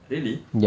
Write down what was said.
really